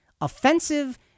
offensive